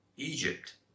Egypt